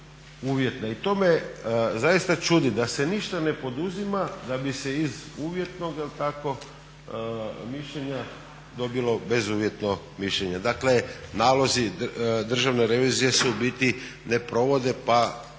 I to me zaista čudi da se ništa ne poduzima da bi se iz uvjetnoga je li tako mišljenja dobilo bezuvjetno mišljenje. Dakle nalazi državne revizije se u biti ne provode pa